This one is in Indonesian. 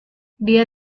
dia